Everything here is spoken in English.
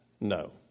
no